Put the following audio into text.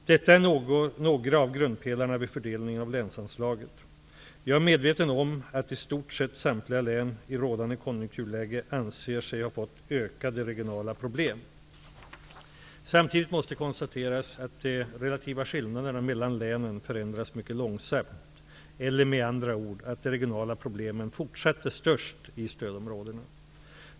Detta är några av grundpelarna vid fördelningen av länsanslaget. Jag är medveten om att i stort sett samtliga län i rådande konjunkturläge anser sig ha fått ökade regionala problem. Samtidigt måste konstateras att de relativa skillnaderna mellan länen förändras mycket långsamt eller med andra ord att de regionala problemen fortsatt är störst i stödområdena.